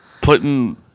putting